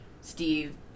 Steve